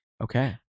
Okay